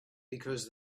because